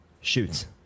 shoots